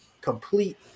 complete